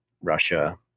Russia